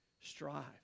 strive